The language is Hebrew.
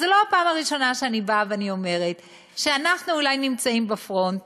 וזו לא הפעם הראשונה שאני באה ואומרת שאנחנו אולי נמצאים בפרונט,